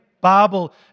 Bible